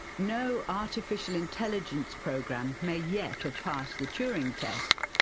no artificial intelligence program may yet have passed the turing test,